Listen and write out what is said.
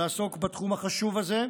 לעסוק בתחום החשוב הזה.